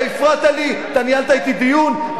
אתה הפרעת לי, אתה ניהלת אתי דיון.